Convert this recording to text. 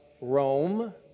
Rome